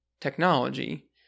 technology